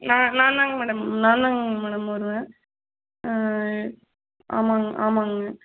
நான் நான்தாங்க மேடம் நான்தாங்க மேடம் வருவேன் ஆமாங்க ஆமாங்க